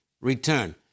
return